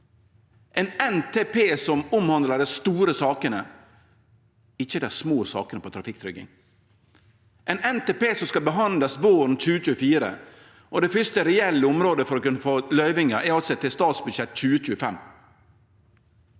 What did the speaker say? ein NTP som omhandlar dei store sakene, ikkje dei små sakene om trafikktrygging, ein NTP som skal behandlast våren 2024, og det første reelle området for å kunne få løyvingar er altså statsbudsjettet 2025.